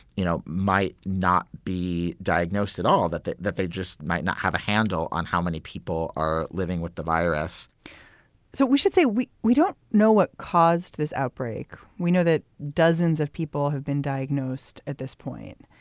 you know, might not be diagnosed at all, that that that they just might not have a handle on how many people are living with the virus so we should say we we don't know what caused this outbreak. we know that dozens of people have been diagnosed at this point.